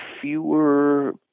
fewer